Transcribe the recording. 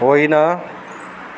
होइन